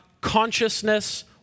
consciousness